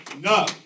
No